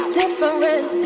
different